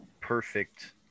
perfect